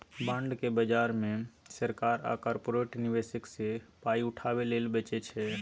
bond केँ बजार मे सरकार आ कारपोरेट निबेशक सँ पाइ उठाबै लेल बेचै छै